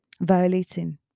Violating